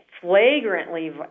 flagrantly